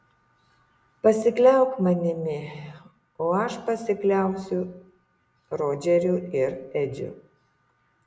pasikliauk manimi o aš pasikliausiu rodžeriu ir edžiu